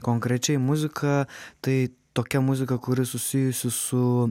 konkrečiai muzika tai tokia muzika kuri susijusi su